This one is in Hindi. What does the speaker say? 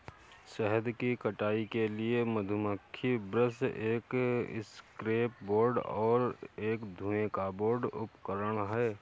शहद की कटाई के लिए मधुमक्खी ब्रश एक एस्केप बोर्ड और एक धुएं का बोर्ड उपकरण हैं